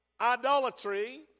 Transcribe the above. idolatry